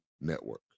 Network